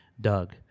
Doug